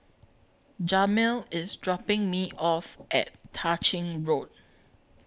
Jamil IS dropping Me off At Tah Ching Road